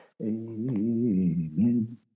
Amen